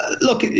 look